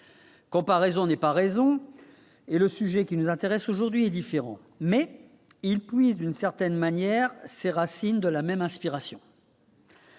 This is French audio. Comparaison n'est pas raison et le sujet qui nous intéresse aujourd'hui est différent mais ils puissent d'une certaine manière, ses racines, de la même inspiration.